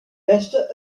beste